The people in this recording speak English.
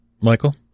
Michael